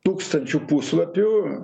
tūkstančių puslapių